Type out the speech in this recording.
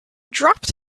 dropped